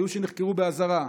היו שנחקרו באזהרה,